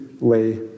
lay